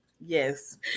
Yes